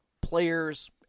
players